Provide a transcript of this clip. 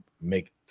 make